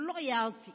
loyalty